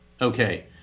Okay